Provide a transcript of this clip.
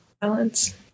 balance